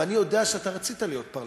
ואני יודע שאתה רצית להיות פרלמנטר,